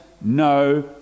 no